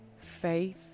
faith